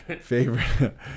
favorite